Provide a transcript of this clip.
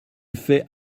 fait